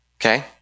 Okay